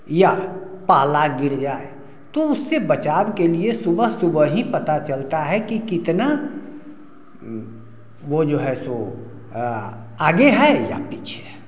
या पाला गिर जाए तो उससे बचाव के लिए सुबह सुबह ही पता चलता है कि कितना वो जो है सो आगे है या पीछे है